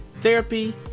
therapy